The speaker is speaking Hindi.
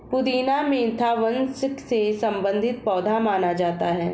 पुदीना मेंथा वंश से संबंधित पौधा माना जाता है